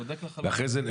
אחרי זה,